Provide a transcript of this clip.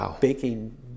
Baking